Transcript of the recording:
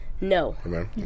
No